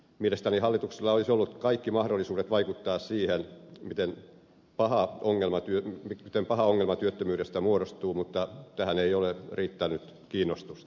mielestäni hallituksella olisi ollut kaikki mahdollisuudet vaikuttaa siihen miten paha ongelma työttömyydestä muodostuu mutta tähän ei ole riittänyt kiinnostusta